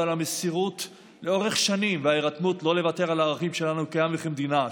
המסירות לאורך שנים וההירתמות לא לוותר על הערכים שלנו כעם וכמדינה.